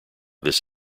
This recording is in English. this